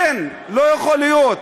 אין, לא יכול להיות.